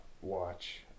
watch